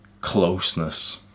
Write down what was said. closeness